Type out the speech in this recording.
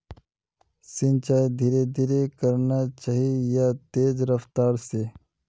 सिंचाई धीरे धीरे करना चही या तेज रफ्तार से?